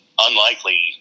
unlikely